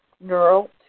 neural